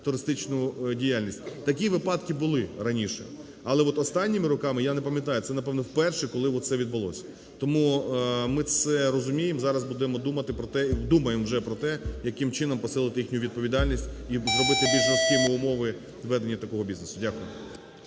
туристичну діяльність. Такі випадки були раніше, але от останніми роками, я не пам'ятаю, це, напевно, вперше, коли оце відбулося. Тому ми це розуміємо, зараз будемо думати про те, думаємо вже про те, яким чином посилити їхню відповідальність і зробити більш жорсткими умови ведення такого бізнесу. Дякую.